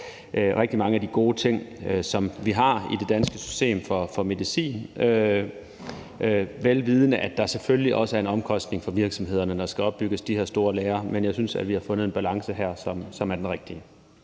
rigtig mange af de gode ting, som vi har i det danske system for medicin, vel vidende at der selvfølgelig også er en omkostning for virksomhederne, når der skal opbygges de her store lagre, men jeg synes, at vi har fundet en balance her, som er den rigtige.